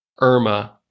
irma